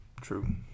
True